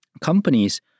companies